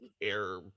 air